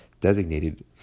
designated